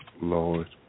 Lord